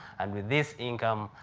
and with this income,